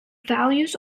values